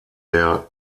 der